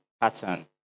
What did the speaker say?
pattern